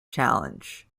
challenge